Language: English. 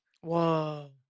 Whoa